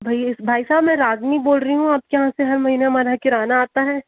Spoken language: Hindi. भई भाई साहब मैं रागनी बोल रही हूँ आपके यहाँ से हर महीना हमारा किराना आता है